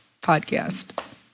podcast